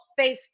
Facebook